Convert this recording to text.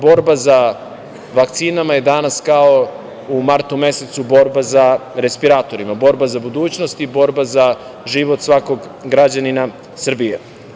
Borba za vakcinama je danas kao u martu mesecu, borba za respiratore, borba za budućnost i borba za život svakog građanina Srbije.